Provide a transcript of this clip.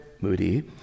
Moody